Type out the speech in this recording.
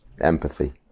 empathy